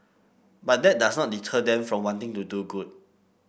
but that does not deter them from wanting to do good